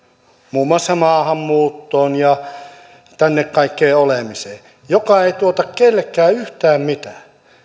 muun muassa maahanmuuttoon ja tänne kaikkeen olemiseen joka ei tuota kenellekään yhtään mitään